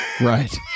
Right